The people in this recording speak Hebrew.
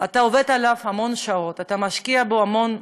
אתה עובד עליו המון שעות, אתה משקיע בו המון,